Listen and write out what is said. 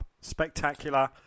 Spectacular